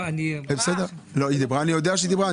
אני יודע שהיא דיברה.